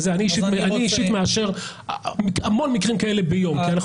אני אישית מאשר המון מקרים כאלה ביום כי אנחנו